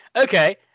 okay